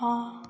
हाँ